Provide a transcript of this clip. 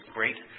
great